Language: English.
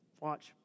Watch